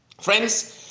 Friends